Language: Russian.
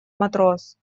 матрос